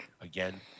again